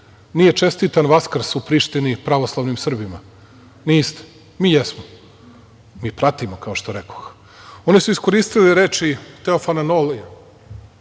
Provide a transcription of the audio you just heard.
nije čestitan Vaskrs u Prištini pravoslavnim Srbima? Niste. Mi jesmo. Mi pratimo, kao što rekoh. Oni su iskoristili reči Teofana Nolija,